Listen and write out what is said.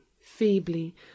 feebly